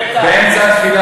בטח.